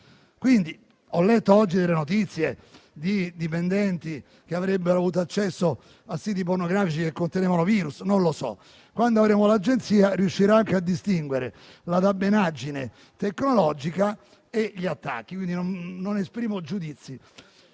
Ho letto oggi notizie di dipendenti che avrebbero avuto accesso a siti pornografici che contenevano virus; non lo so. Quando avremo l'Agenzia, questa riuscirà anche a distinguere la dabbenaggine tecnologica dagli attacchi, quindi non esprimo giudizi.